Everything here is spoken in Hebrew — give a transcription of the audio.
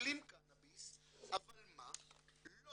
שמקבלים קנאביס אבל מה לא